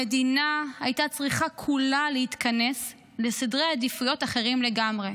המדינה הייתה צריכה כולה להתכנס לסדרי עדיפויות אחרים לגמרי.